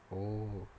oh